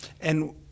And-